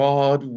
God